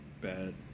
Bad